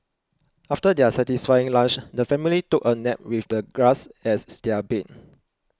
after their satisfying lunch the family took a nap with the grass as their bed